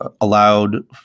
allowed